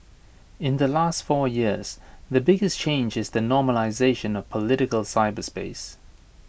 in the last four years the biggest change is the normalisation of political cyberspace